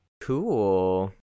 Cool